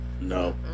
No